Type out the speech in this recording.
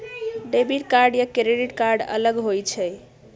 Debit card या credit card अलग होईछ ई?